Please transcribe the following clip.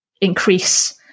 increase